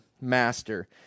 master